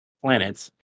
planets